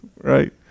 Right